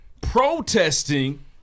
protesting